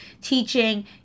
teaching